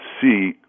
see